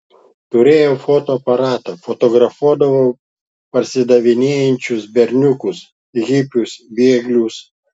turėjau fotoaparatą fotografuodavau parsidavinėjančius berniukus hipius bėglius